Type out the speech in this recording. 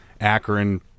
Akron